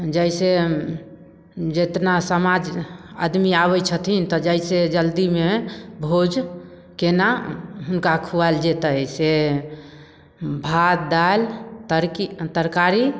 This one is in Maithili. जइसे जतना समाज आदमी आबै छथिन तऽ जइसे जल्दीमे भोज कोना हुनका खुआएल जेतै से भात दालि तरकी तरकारी